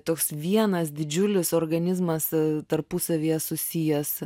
toks vienas didžiulis organizmas tarpusavyje susijęs